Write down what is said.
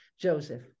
Joseph